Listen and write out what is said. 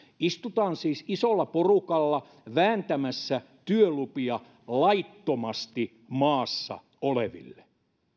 istutaan siis isolla porukalla vääntämässä työlupia laittomasti maassa oleville